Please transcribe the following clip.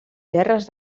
gerres